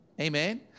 Amen